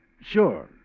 sure